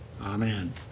amen